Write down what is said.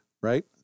right